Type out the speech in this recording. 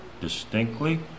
distinctly